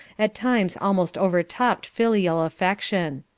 at times almost overtopped filial affection.